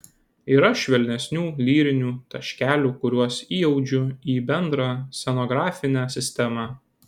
yra švelnesnių lyrinių taškelių kuriuos įaudžiu į bendrą scenografinę sistemą